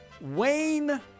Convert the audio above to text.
Wayne